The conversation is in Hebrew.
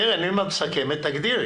קרן, אם את מסכמת תגדירי